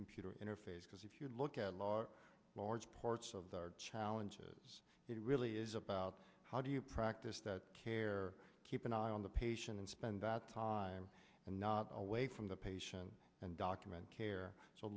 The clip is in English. computer interface because if you look at a lot of large parts of the challenges it really is about how do you practice that care keep an eye on the patient and spend that time and not away from the patient and document care so